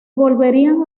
volverían